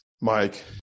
Mike